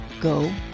Go